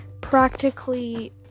practically